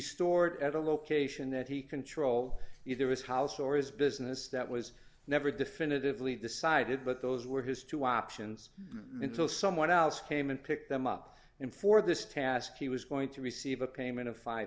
stored at a location that he control either his house or his business that was never definitively decided but those were his two options mean till someone else came and picked them up and for this task he was going to receive a payment of five